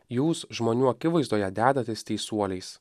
jūs žmonių akivaizdoje dedatės teisuoliais